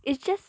it's just